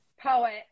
Poet